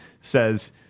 says